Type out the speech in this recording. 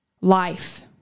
life